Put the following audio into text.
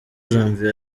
janvier